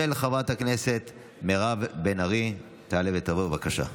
של חברת הכנסת מירב בן ארי, תעלה ותבוא, בבקשה.